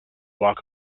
walk